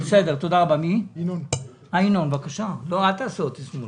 תודה רבה, ואל תעשו אותי שמאלן.